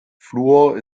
fluor